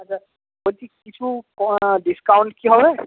আচ্ছা বলছি কিছু ক ডিসকাউন্ট কি হবে